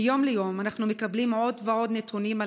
מיום ליום אנחנו מקבלים עוד ועוד נתונים על